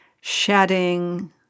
shedding